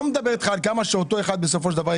אני לא מדבר איתך על כמה בסופו של דבר אותו